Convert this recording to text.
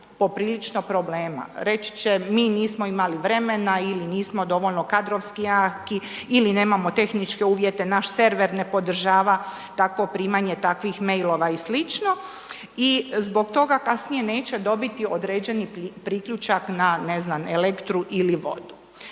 poprilično problema. Reći će, mi nismo imali vremena ili nismo dovoljno kadrovski jaki ili nemamo tehničke uvjete, naš server ne podržava takvo primanje takvih mailova i sl. i zbog toga kasnije neće dobiti određeni priključak na, ne znam, Elektru ili vodu.